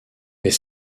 est